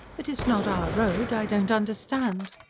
but it's not our road. i don't understand.